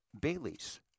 Bailey's